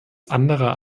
anderer